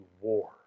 war